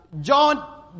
John